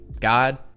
god